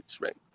right